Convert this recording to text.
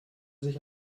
sich